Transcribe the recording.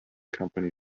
company